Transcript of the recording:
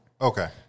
Okay